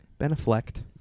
Beneflect